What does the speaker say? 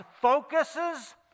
focuses